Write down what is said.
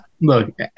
look